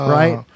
right